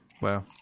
Wow